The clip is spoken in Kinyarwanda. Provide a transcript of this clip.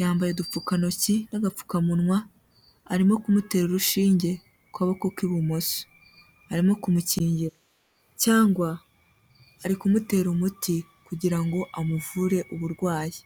yambaye udupfukantoki n'agapfukamunwa arimo kumutera urushinge ku kaboko k'ibumoso, arimo kumukingira cyangwa ari kumutera umuti kugira ngo amuvure uburwayi.